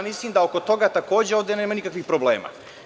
Mislim da oko toga takođe ovde nema nikakvih problema.